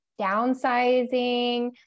downsizing